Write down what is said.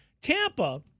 Tampa